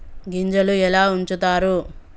గింజలు ఎలా ఉంచుతారు?